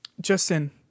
Justin